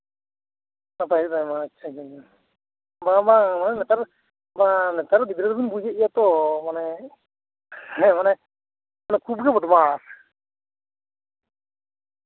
ᱥᱟᱯᱷᱟ ᱦᱩᱭᱩᱜᱼᱟ ᱦᱳᱭ ᱵᱟᱝ ᱵᱟᱝ ᱱᱮᱛᱟᱨ ᱨᱮᱱ ᱜᱤᱫᱽᱨᱟᱹ ᱫᱚ ᱵᱤᱱ ᱵᱩᱡᱮᱫ ᱜᱮᱭᱟ ᱛᱚ ᱢᱟᱱᱮ ᱦᱮᱸ ᱢᱟᱱᱮ ᱦᱮᱸ ᱠᱷᱩᱵ ᱜᱮ ᱵᱚᱫᱢᱟᱥ